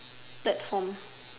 platform